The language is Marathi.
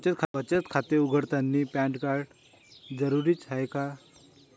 बचत खाते उघडतानी पॅन कार्ड जरुरीच हाय का?